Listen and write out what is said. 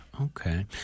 Okay